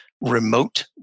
remote